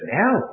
now